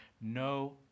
no